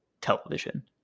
television